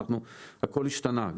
הכל השתנה.